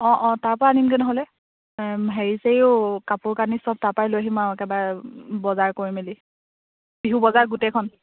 অঁ অঁ তাৰ পৰা আনিমগে নহ'লে হেৰি ছেৰিও কাপোৰ কানি চব তাৰ পৰাই লৈ আহিম আৰু একেবাৰে বজাৰ কৰি মেলি বিহুৰ বজাৰ গোটেইখন